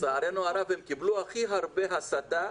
--- לצערנו הרב הם קיבלו הכי הרבה הסתה.